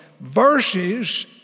verses